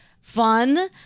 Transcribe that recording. fun